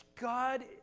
God